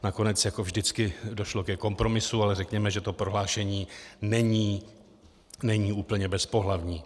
Nakonec jako vždycky došlo ke kompromisu, ale řekněme, že to prohlášení není úplně bezpohlavní.